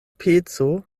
peco